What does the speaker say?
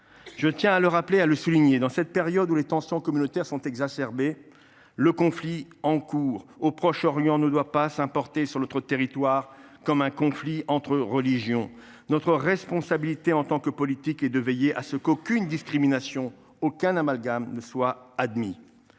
Je tiens à le rappeler et à le souligner : dans cette période où les tensions communautaires sont exacerbées, le conflit en cours au Proche Orient ne doit pas être importé sur notre territoire comme un conflit entre religions. Notre responsabilité en tant que politiques est de veiller à ce qu’aucune discrimination ni aucun amalgame ne soit admis.